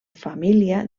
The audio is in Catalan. família